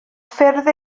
ffyrdd